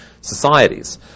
societies